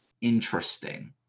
interesting